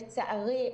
לצערי,